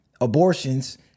abortions